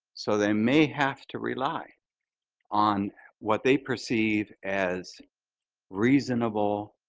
so they may have to rely on what they perceived as reasonable